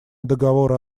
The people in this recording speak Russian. договора